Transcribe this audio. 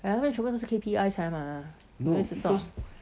!aiya! 他们全部都是 K_P_I 才吗 so that's the thought